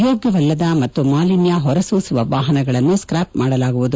ಯೋಗ್ಯವಲ್ಲದ ಮತ್ತು ಮಾಲಿನ್ಯ ಹೊರಸೂಸುವ ವಾಹನಗಳನ್ನು ಸ್ಕಾ ಪ್ ಮಾಡಲಾಗುವುದು